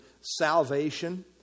salvation